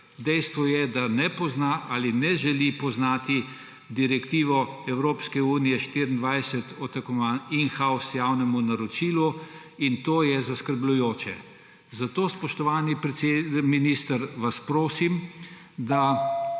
Dejstvo je, da ne pozna ali ne želi poznati direktive Evropske unije 24 o tako imenovanem in-house javnem naročilu, in to je zaskrbljujoče. Zato vas, spoštovani minister, prosim, da